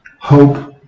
hope